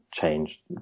change